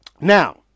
Now